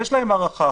יש להם הארכה,